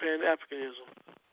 pan-Africanism